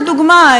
לדוגמה,